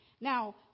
Now